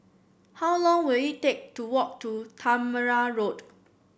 how long will it take to walk to Tangmere Road